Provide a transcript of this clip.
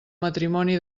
matrimoni